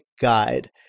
guide